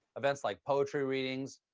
events like poetry readings,